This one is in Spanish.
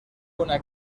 una